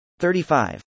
35